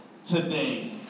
today